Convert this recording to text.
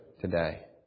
today